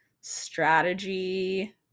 strategy